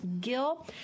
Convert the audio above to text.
gill